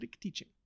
teaching